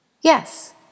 Yes